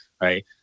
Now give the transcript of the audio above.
right